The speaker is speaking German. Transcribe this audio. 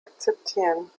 akzeptieren